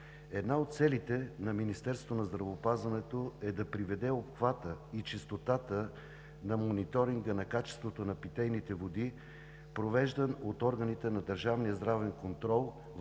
Една от целите на Министерството на здравеопазването е да приведе обхвата и честотата на мониторинга на качеството на питейните води, провеждан от органите на държавния здравен контрол, в пълно